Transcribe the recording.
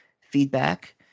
feedback